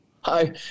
Hi